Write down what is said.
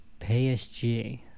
PSG